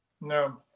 No